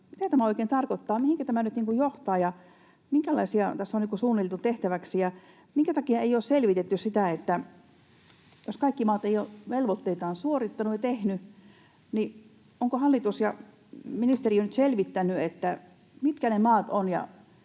Mitä tämä oikein tarkoittaa? Mihinkä tämä nyt niin kuin johtaa, ja minkälaisia toimia tässä on suunniteltu tehtäväksi? Ja minkä takia ei ole selvitetty sitä, jos kaikki maat eivät ole velvoitteitaan suorittaneet ja tehneet? Ovatko hallitus ja ministeriö nyt selvittäneet, mitkä ne maat ovat?